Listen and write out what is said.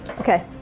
Okay